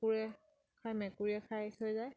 কুকুৰে খাই মেকুৰীয়ে খাই থৈ যায়